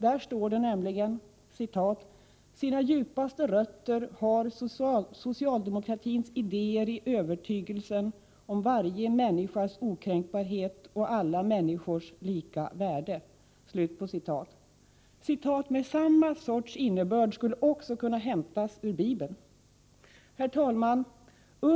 Där står det nämligen: ”Sina djupaste rötter har socialdemokratins idéer i övertygelsen om varje människas okränkbarhet och alla människors lika värde.” Citat med samma sorts innebörd skulle också kunna hämtas från Bibeln.